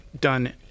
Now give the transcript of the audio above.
done